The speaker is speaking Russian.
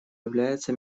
является